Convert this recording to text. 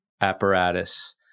apparatus